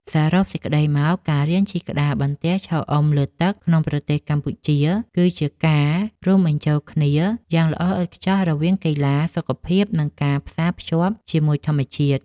សរុបសេចក្ដីមក ការរៀនជិះក្តារបន្ទះឈរអុំលើទឹកក្នុងប្រទេសកម្ពុជា គឺជាការរួមបញ្ចូលគ្នាយ៉ាងល្អឥតខ្ចោះរវាង កីឡា សុខភាព និងការផ្សារភ្ជាប់ជាមួយធម្មជាតិ។